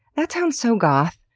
that sounds so goth.